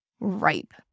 ripe